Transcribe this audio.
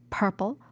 purple